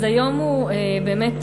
אז היום הוא באמת,